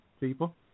people